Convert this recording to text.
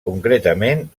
concretament